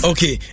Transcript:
Okay